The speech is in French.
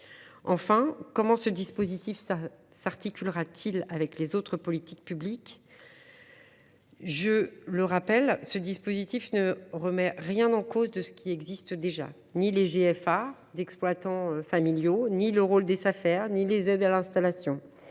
Enfin, comment ce dispositif s’articulera t il avec les autres politiques publiques ? Il ne remet nullement en cause ce qui existe déjà, ni les GFA d’exploitants familiaux, ni le rôle des Safer, ni les aides à l’installation.